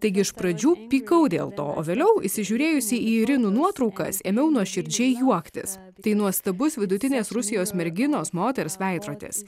taigi iš pradžių pykau dėl to o vėliau įsižiūrėjusi į irinų nuotraukas ėmiau nuoširdžiai juoktis tai nuostabus vidutinės rusijos merginos moters veidrodis